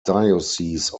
diocese